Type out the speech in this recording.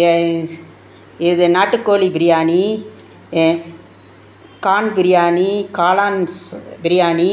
ஏ ஷு இது நாட்டுக்கோழி பிரியாணி கார்ன் பிரியாணி காளான் பிரியாணி